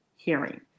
hearing